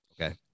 okay